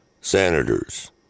senators